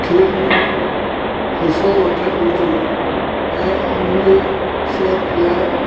खेल में हिसो वठणु घुरिजे ऐं उन्हनि जे सिहत लाइ